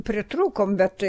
pritrūkom bet tai